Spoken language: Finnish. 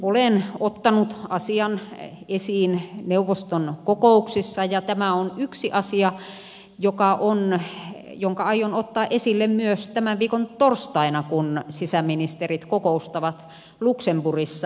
olen ottanut asian esiin neuvoston kokouksissa ja tämä on yksi asia jonka aion ottaa esille myös tämän viikon torstaina kun sisäministerit kokoustavat luxemburgissa